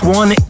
one